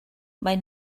maen